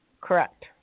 Correct